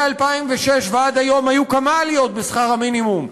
מ-2006 ועד היום היו כמה עליות בשכר המינימום,